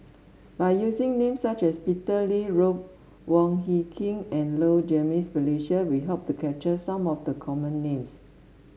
by using names such as Peter Lee Ruth Wong Hie King and Low Jimenez Felicia we hope to capture some of the common names